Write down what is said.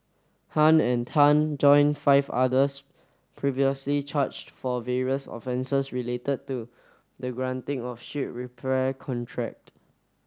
Han and Tan join five others previously charged for various offences related to the granting of ship repair contract